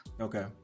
Okay